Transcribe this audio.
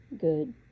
Good